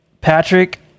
Patrick